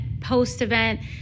post-event